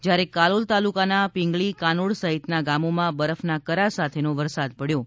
જ્યારે કાલોલ તાલુકાના પીંગળી કાનોડ સહિતના ગામોમાં બરફના કરાં સાથેનો વરસાદ પડ્યો હતો